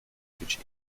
być